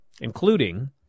including